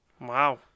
Wow